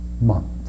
month